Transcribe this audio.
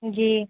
جی